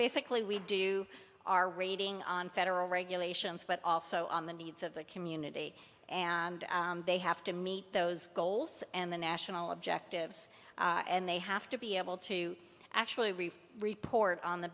basically we do our rating on federal regulations but also on the needs of the community and they have to meet those goals and the national objectives and they have to be able to actually report on the